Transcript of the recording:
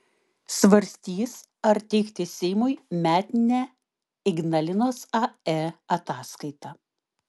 svarstys ar teikti seimui metinę ignalinos ae ataskaitą